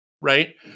Right